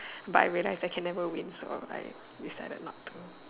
but I realize that I can never win so I decided not to